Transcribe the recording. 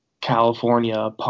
California